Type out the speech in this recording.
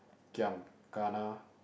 giam kana